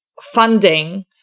funding